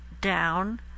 down